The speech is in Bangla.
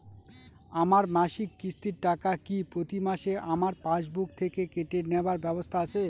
আমার মাসিক কিস্তির টাকা কি প্রতিমাসে আমার পাসবুক থেকে কেটে নেবার ব্যবস্থা আছে?